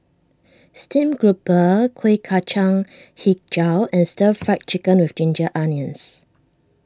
Steamed Grouper Kuih Kacang HiJau and Stir Fried Chicken with Ginger Onions